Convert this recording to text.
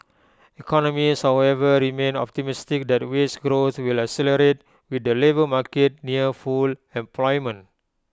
economists however remain optimistic that wage growth will accelerate with the labour market near full employment